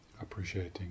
appreciating